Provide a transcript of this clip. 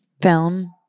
Film